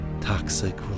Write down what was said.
toxic